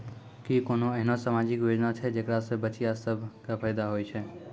कि कोनो एहनो समाजिक योजना छै जेकरा से बचिया सभ के फायदा होय छै?